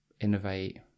innovate